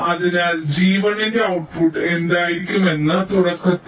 അതിനാൽ G1 ന്റെ output എന്തായിരിക്കുമെന്ന് നമുക്ക് ഓരോന്നായി പറയാം